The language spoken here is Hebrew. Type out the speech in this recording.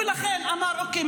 ולכן הוא אמר: אוקיי,